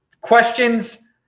questions